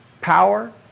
power